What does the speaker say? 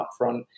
upfront